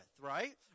right